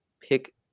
pick